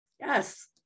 Yes